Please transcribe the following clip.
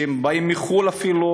שבאים מחו"ל אפילו,